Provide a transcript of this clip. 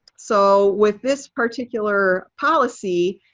so with this particular policy,